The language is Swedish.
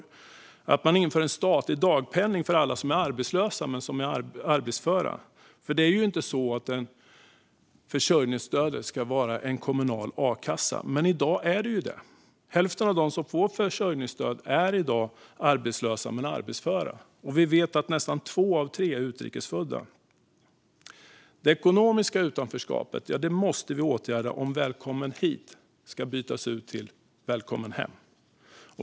Vi föreslår vidare att man inför en statlig dagpenning för alla som är arbetslösa men arbetsföra. Försörjningsstödet ska nämligen inte vara en kommunal a-kassa, men i dag är det ju det. Hälften av dem som får försörjningsstöd är i dag arbetslösa men arbetsföra, och vi vet att nästan två av tre är utrikesfödda. Det ekonomiska utanförskapet måste vi åtgärda om "Välkommen hit" ska bytas ut till "Välkommen hem".